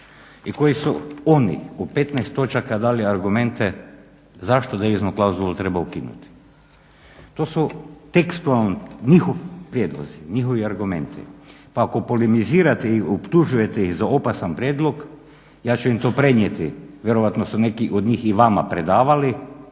i koji su oni po 15 točaka dali argumente zašto deviznu klauzulu treba ukinuti. To su … njihovi prijedlozi njihovi argumenti pa ako polemizirate i optužujete ih za opasan prijedlog ja ću im to prenijeti, vjerojatno su neki od njih i vama predavali